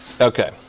okay